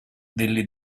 delle